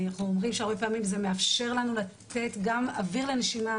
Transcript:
אנחנו אומרים שהרבה פעמים זה מאפשר לנו לתת גם אוויר לנשימה